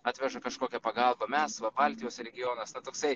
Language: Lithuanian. atveža kažkokią pagalbą mes va baltijos regionas na toksai